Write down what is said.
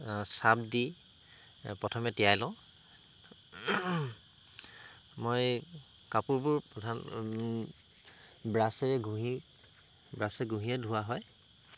Surf দি প্ৰথমে তিয়াই লওঁ মই কাপোৰবোৰ ব্ৰাছেৰে ঘঁহি ব্ৰাছে ঘঁহিয়ে ধোৱা হয়